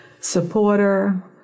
supporter